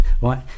Right